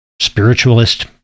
spiritualist